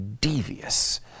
devious